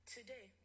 Today